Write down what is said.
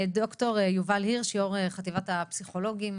ד"ר יובל הירש, יו"ר חטיבת הפסיכולוגים